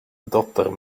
dotter